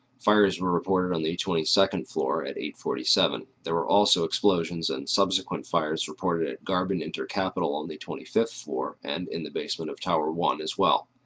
fires and were reported on the twenty second floor at eight forty seven. there were also explosions and subsequent fires reported at garbon inter capital on the twenty fifth floor and in the basement of tower one as well.